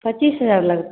पचीस हजार लगतै